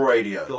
Radio